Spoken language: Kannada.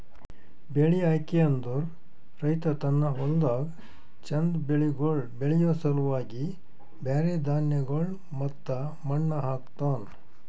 ಬೆಳಿ ಆಯ್ಕೆ ಅಂದುರ್ ರೈತ ತನ್ನ ಹೊಲ್ದಾಗ್ ಚಂದ್ ಬೆಳಿಗೊಳ್ ಬೆಳಿಯೋ ಸಲುವಾಗಿ ಬ್ಯಾರೆ ಧಾನ್ಯಗೊಳ್ ಮತ್ತ ಮಣ್ಣ ಹಾಕ್ತನ್